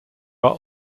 are